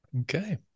Okay